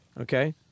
okay